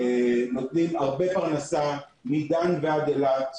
נותנים הרבה פרנסה, מדן ועד אילת.